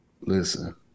Listen